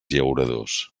llauradors